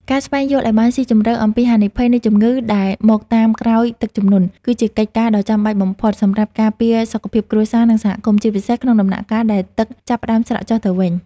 ការស្វែងយល់ឱ្យបានស៊ីជម្រៅអំពីហានិភ័យនៃជំងឺដែលមកតាមក្រោយទឹកជំនន់ គឺជាកិច្ចការដ៏ចាំបាច់បំផុតសម្រាប់ការពារសុខភាពគ្រួសារ និងសហគមន៍ ជាពិសេសក្នុងដំណាក់កាលដែលទឹកចាប់ផ្តើមស្រកចុះទៅវិញ។